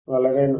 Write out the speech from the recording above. വളരെ നന്ദി